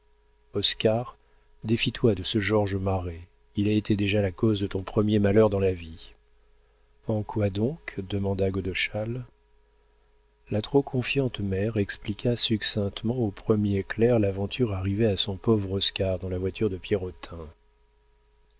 oscar défie toi de ce georges marest il a été déjà la cause de ton premier malheur dans la vie en quoi donc demanda godeschal la trop confiante mère expliqua succinctement au premier clerc l'aventure arrivée à son pauvre oscar dans la voiture de